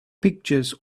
pictures